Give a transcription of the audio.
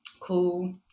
Cool